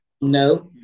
No